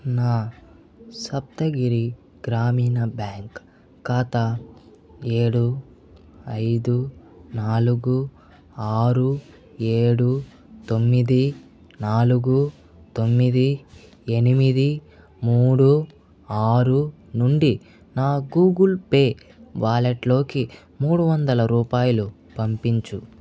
నా సప్తగిరి గ్రామీణ బ్యాంక్ ఖాతా ఏడు ఐదు నాలుగు ఆరు ఏడు తొమ్మిది నాలుగు తొమ్మిది ఎనిమిది మూడు ఆరు నుండి నా గూగుల్ పే వాలెట్లోకి మూడు వందల రూపాయలు పంపించు